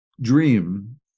dream